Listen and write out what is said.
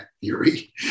theory